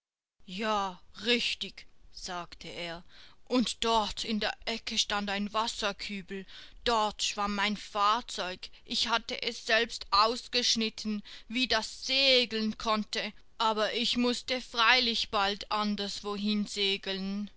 ja richtig sagte er und dort in der ecke stand ein wasserkübel dort schwamm mein fahrzeug ich hatte es selbst ausgeschnitten wie das segeln konnte aber ich mußte freilich bald anders wohin segeln